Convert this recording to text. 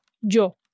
Yo